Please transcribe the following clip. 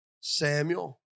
Samuel